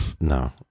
No